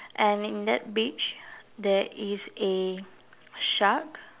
and in that beach there is a shark